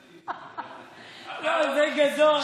לא, זה גדול.